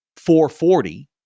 440